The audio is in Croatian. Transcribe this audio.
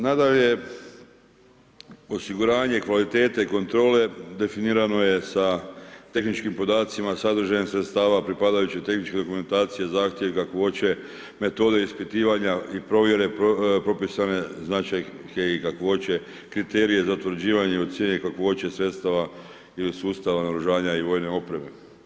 Nadalje, osiguranje kvalitete kontrole definirano je sa tehničkim podacima, sadržajem sredstava, pripadajućoj tehničkoj dokumentaciji, zahtjevu kakvoće, metode ispitivanje i provjere propisane značajke i kakvoće, kriterije za utvrđivanje u cilju kakvoće sredstava ili sustava naoružanja i vojne opreme.